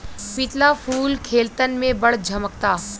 पिला फूल खेतन में बड़ झम्कता